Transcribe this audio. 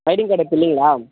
ID card இப்போ இல்லைங்களா